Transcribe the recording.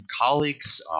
colleagues